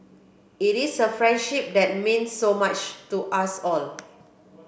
it is a friendship that means so much to us all